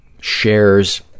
shares